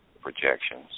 projections